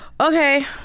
Okay